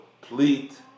complete